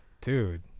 Dude